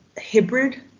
hybrid